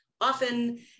often